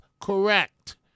correct